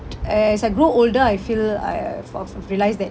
as I grow older I feel I have I've I've realised that